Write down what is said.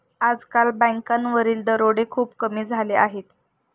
आजकाल बँकांवरील दरोडे खूप कमी झाले आहेत